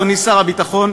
אדוני שר הביטחון,